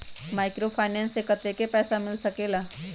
Microfinance से कतेक पैसा मिल सकले ला?